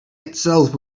itself